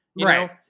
Right